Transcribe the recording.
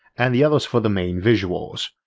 and the others for the main visuals.